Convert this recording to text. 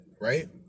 right